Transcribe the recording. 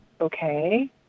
okay